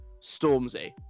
Stormzy